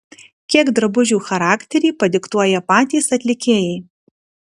kiek drabužių charakterį padiktuoja patys atlikėjai